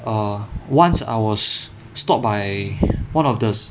err once I was stopped by one of the